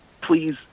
please